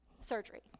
surgery